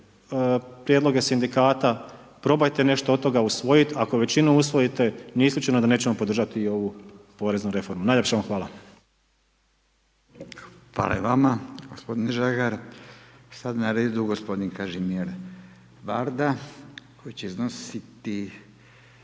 prijedloge sindikata, probajte nešto od toga usvojit, ako većinu usvojite nije isključeno da nećemo podržati i ovu poreznu reformu. Najljepša vam hvala. **Radin, Furio (Nezavisni)** Hvala i vama gospodine Žagar. Sad na redu gospodin Kažim Varda koji će iznositi